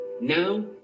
Now